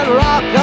rock